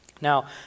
Now